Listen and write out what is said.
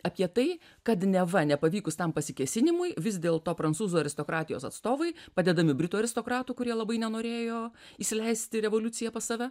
apie tai kad neva nepavykus tam pasikėsinimui vis dėlto prancūzų aristokratijos atstovai padedami britų aristokratų kurie labai nenorėjo įsileisti revoliuciją pas save